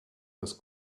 das